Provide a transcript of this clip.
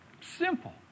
Simple